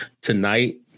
tonight